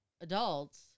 adults